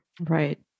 Right